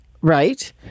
Right